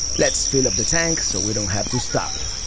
let's fill up the tank so we don't have to stop.